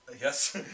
Yes